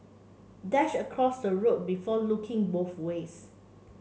Dash across the road before looking both ways